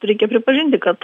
reikia pripažinti kad